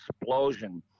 explosion